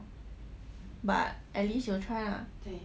but at least 有 try lah